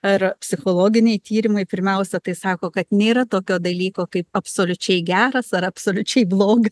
ar psichologiniai tyrimai pirmiausia tai sako kad nėra tokio dalyko kaip absoliučiai geras ar absoliučiai bloga